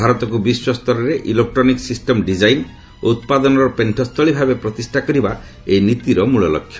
ଭାରତକୁ ବିଶ୍ୱ ସ୍ତରରେ ଇଲେକ୍ରୋନିକୁ ସିଷ୍ଟମ୍ ଡିଜାଇନ୍ ଓ ଉତ୍ପାଦନର ପେଶ୍ଚ ସ୍ଥଳୀ ଭାବେ ପ୍ରତିଷ୍ଠା କରିବା ଏହି ନୀତିର ମୂଳ ଲକ୍ଷ୍ୟ